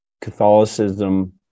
catholicism